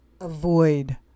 avoid